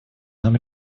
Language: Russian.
нам